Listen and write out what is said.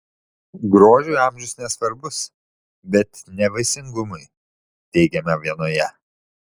grožiui amžius nesvarbus bet ne vaisingumui teigiama vienoje